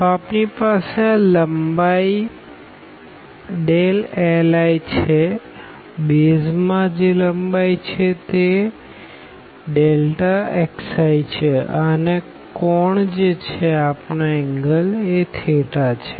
તો આપણી પાસે આ લંબાઈ li છેબેઝ માં લંબાઈ xi છે અને કોણ થેટા છે